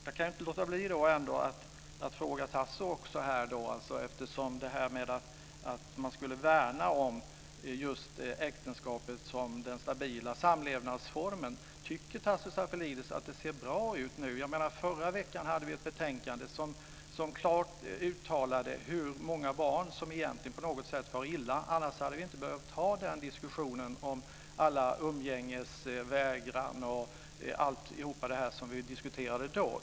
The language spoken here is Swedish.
Jag kan inte låta bli att ställa en fråga till Tasso Stafilidis här när det gäller detta att man skulle värna om äktenskapet som den stabila samlevnadsformen. Tycker Tasso Stafilidis att det ser bra ut nu? Förra veckan behandlade vi ett betänkande som klart uttalade hur många barn som på något sätt far illa. Annars hade vi inte behövt ha diskussionen om umgängesvägran och sådant som vi diskuterade då.